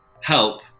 help